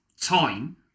time